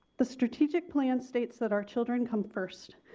the strategic plan states that our children come first.